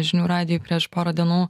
žinių radijui prieš porą dienų